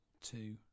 two